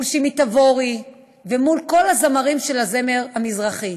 מול שימי תבורי, ומול כל הזמרים של הזמר המזרחי.